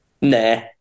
Nah